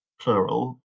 plural